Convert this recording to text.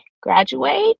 graduate